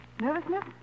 Nervousness